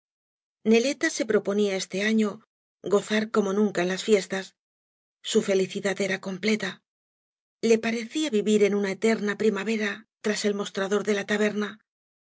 neleta se proponía este año gozar como nunca cas as y barro en las fiestas su felicidad era completa le parecía vivir en una eterna primavera tras el mostrador de la taberna